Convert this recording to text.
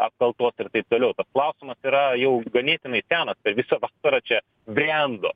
apkaltos ir taip toliau klausimas yra jau ganėtinai senas per visą vasarą čia brendo